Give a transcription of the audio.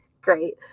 Great